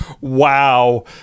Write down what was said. wow